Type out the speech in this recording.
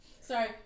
Sorry